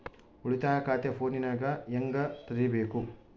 ಉಳಿತಾಯ ಖಾತೆ ಫೋನಿನಾಗ ಹೆಂಗ ತೆರಿಬೇಕು?